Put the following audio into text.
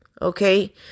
okay